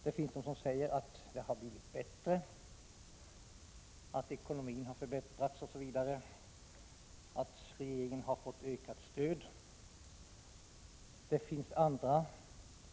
Det finns de som säger att situationen har blivit bättre, att ekonomin har förbättrats och att regeringen har fått ökat stöd osv.